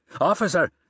Officer